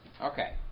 Okay